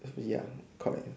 ya correct